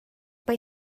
mae